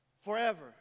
forever